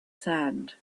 sand